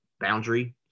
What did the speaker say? boundary